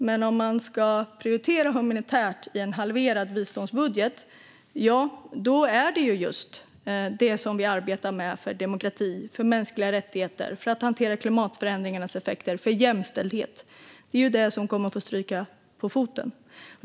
Men om man ska prioritera humanitärt i en halverad biståndsbudget kommer det som vi arbetar med för demokrati, för mänskliga rättigheter, för att hantera klimatförändringarnas effekter och för jämställdhet att få stryka på foten.